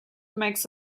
makes